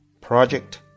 Project